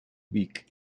beak